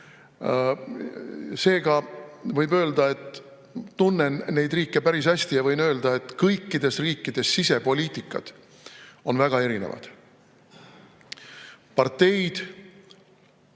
Seega võin öelda, et tunnen neid riike päris hästi, ja võin öelda, et kõikide riikide sisepoliitika on väga erinev. Parteid,